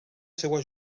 seua